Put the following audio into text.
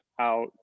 out